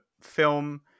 film